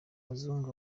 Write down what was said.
muzungu